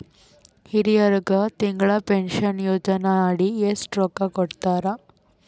ಹಿರಿಯರಗ ತಿಂಗಳ ಪೀನಷನಯೋಜನ ಅಡಿ ಎಷ್ಟ ರೊಕ್ಕ ಕೊಡತಾರ?